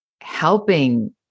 helping